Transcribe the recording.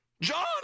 John